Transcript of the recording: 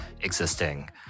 existing